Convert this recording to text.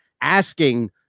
asking